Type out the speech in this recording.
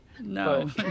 No